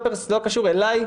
לא קשור אלי,